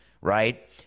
right